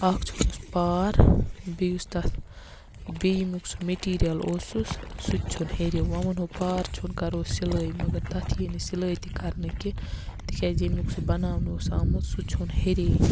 اکھ ژھیٚونُس پار بیٚیہِ یُس تتھ بیٚیہِ ییٚمیُک سُہ میٚٹیٖریل اوسُس سُہ ژھیون ہیٚرِ وۄنۍ وَنہو پار ژھیٚون کَرون سِلٲے مگر تتھ یِیہِ نہٕ سِلٲے تہِ کَرنہٕ کینٛہہ تکیازِ ییٚمیُک سُہ بَناونہٕ اوس آمُت سُہ ژھیون ہیٚرے